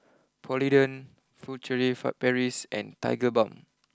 Polident Furtere for Paris and Tigerbalm